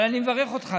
אבל אני מברך אותך.